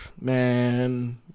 man